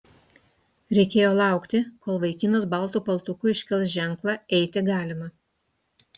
reikėjo laukti kol vaikinas baltu paltuku iškels ženklą eiti galima